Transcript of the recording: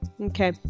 Okay